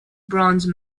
bronze